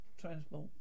transport